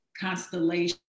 constellation